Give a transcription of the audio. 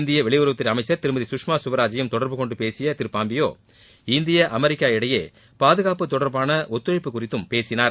இந்திய வெளியுறவுத் துறை அமைச்சர் திருமதி குஷ்மா குவராஜையும் தொடர்பு கொண்டு பேசிய திரு பாம்பியோ இந்தியா அமெரிக்கா இடையியே பாதுகாப்பு தொடர்பான ஒத்துழைப்பு குறித்தும் பேசினார்